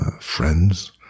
friends